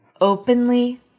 openly